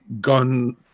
gun